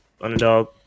Underdog